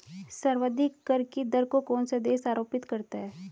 सर्वाधिक कर की दर कौन सा देश आरोपित करता है?